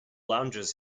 lounges